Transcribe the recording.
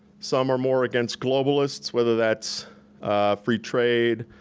some are more against globalists, whether that's free trade,